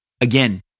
again